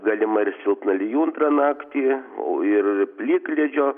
galima ir silpna lijundra naktį o ir plikledžio